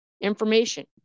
information